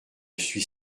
suis